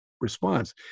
response